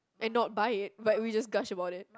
and not buy it but we just goes about it